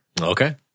Okay